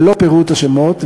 ללא פירוט השמות,